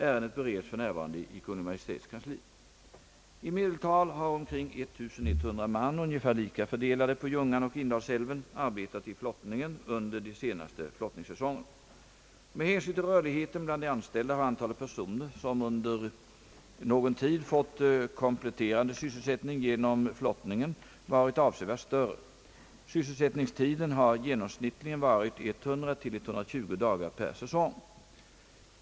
Ärendet bereds f. n. i Kungl. Maj:ts kansli. I medeltal har omkring 100 man — ungefär lika fördelade på Ljungan och Indalsälven — arbetat i flottningen under de senaste flottningssäsongerna. Med hänsyn till rörligheten bland de anställda har antalet personer, som un der någon tid fått kompletterande sysselsättning genom flottningen, varit avsevärt större. Sysselsättningstiden har genomsnittligen varit 100—120 dagar per säsong.